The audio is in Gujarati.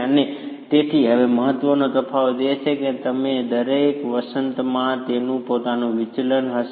અને તેથી હવે મહત્વનો તફાવત એ છે કે દરેક વસંતમાં તેનું પોતાનું વિચલન હશે